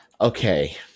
Okay